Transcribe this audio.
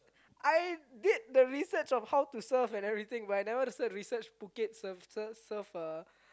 I did the research on how to surf and everything but I never research Phuket surf surf surf uh